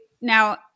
now